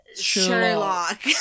sherlock